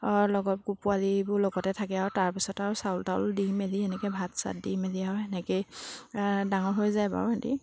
লগত পোৱালিবোৰ লগতে থাকে আৰু তাৰপিছত আৰু চাউল তাউল দি মেলি সেনেকৈ ভাত চাত দি মেলি আৰু সেনেকৈয়ে ডাঙৰ হৈ যায় বাৰু সেহেঁতি